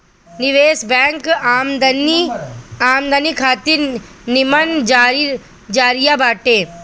निवेश बैंक आमदनी खातिर निमन जरिया बाटे